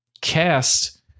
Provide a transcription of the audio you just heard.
cast